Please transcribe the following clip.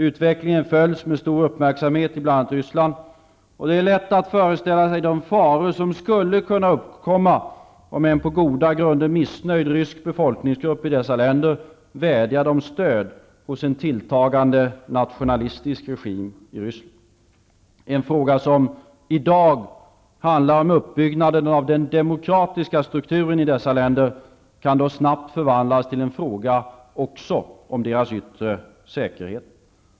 Utvecklingen följs med stor uppmärksamhet i bl.a. Ryssland, och det är lätt att föreställa sig de faror som skulle kunna uppkomma om en på goda grunder missnöjd rysk befolkningsgrupp i dessa länder vädjade om stöd hos en tilltagande nationalistisk regim i Ryssland. En fråga som i dag handlar om uppbyggnaden av den demokratiska strukturen i dessa länder kan då snabbt förvandlas till en fråga också om deras yttre säkerhet.